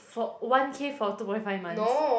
for one K for two point five months